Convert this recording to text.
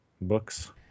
books